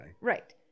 Right